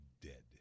dead